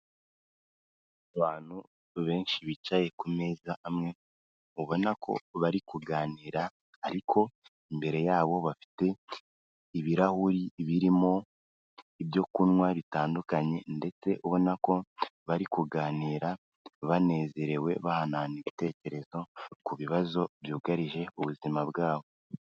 aAbantu benshi bicaye ku meza amwe ubona ko bari kuganira ariko imbere yabo bafite ibirahuri birimo ibyo kunywa bitandukanye ndetse ubonako bari kuganira banezerewe bahanahana ibitekerezo ku bibazo byugarije ubuzima bwabo.